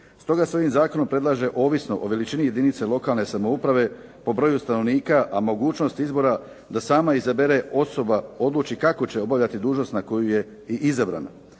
Stoga s ovim zakonom predlaže ovisno o veličini jedinica lokalne samouprave po broju stanovnika, a mogućnost izbora da sama izabere osoba odluči kako će obavljati dužnost na koju je i izabrana.